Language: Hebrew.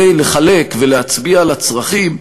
שלחלק ולהצביע על הצרכים,